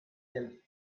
del